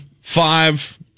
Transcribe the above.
five